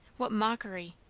what mockery!